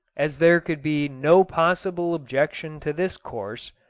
as there could be no possible objection to this course,